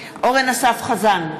אורן אסף חזן,